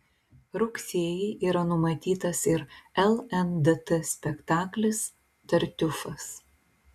rugsėjį yra numatytas ir lndt spektaklis tartiufas